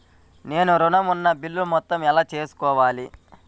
నేను ఋణం ఉన్న బిల్లు మొత్తం ఎలా తెలుసుకోవాలి?